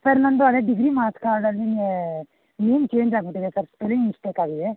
sir ನನ್ನದು ಹಳೆಯ degree marks ಕಾರ್ಡಲ್ಲಿ ನೇಮ್ ಚೇಂಜ್ ಆಗ್ಬಿಟ್ಟಿದೆ ಸರ್ ಸ್ಪೆಲ್ಲಿಂಗ್ ಮಿಸ್ಟೇಕ್ ಆಗಿದೆ